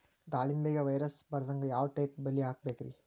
ದಾಳಿಂಬೆಗೆ ವೈರಸ್ ಬರದಂಗ ಯಾವ್ ಟೈಪ್ ಬಲಿ ಹಾಕಬೇಕ್ರಿ?